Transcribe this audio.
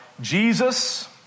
Jesus